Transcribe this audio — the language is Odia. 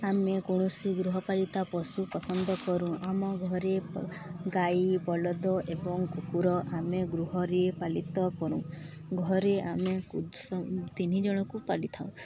ଆମେ କୌଣସି ଗୃହପାଳିତ ପଶୁ ପସନ୍ଦ କରୁ ଆମ ଘରେ ଗାଈ ବଳଦ ଏବଂ କୁକୁର ଆମେ ଗୃହରେ ପାଳିତ କରୁ ଘରେ ଆମେ ତିନି ଜଣକୁ ପାଳିଥାଉ